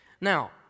Now